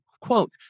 quote